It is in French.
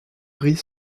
gris